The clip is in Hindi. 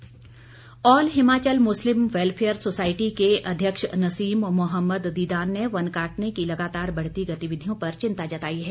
मुस्लिम welfare all Himachal Muslim welfare society के अध्यक्ष नसीम मोहम्मद दीदान ने वन काटने की लगातार बढ़ती गतिविधियों पर चिंता जताई है